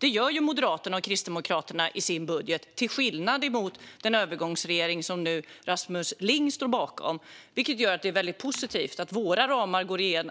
Det gör Moderaterna och Kristdemokraterna i sin budget, till skillnad mot den övergångsregering som Rasmus Ling står bakom. Det är väldigt positivt att våra ramar